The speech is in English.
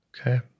Okay